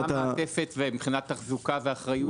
מה המעטפת מבחינת תחזוקה ואחריות?